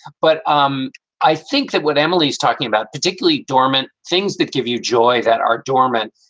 but um i think that what emily's talking about, particularly dorment things that give you joy that are dormant,